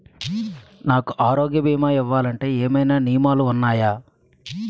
నాకు ఆరోగ్య భీమా ఇవ్వాలంటే ఏమైనా నియమాలు వున్నాయా?